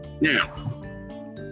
Now